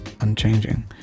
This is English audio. unchanging